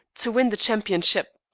to win the championship.